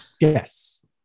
yes